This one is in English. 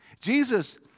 Jesus